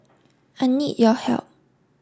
I need your help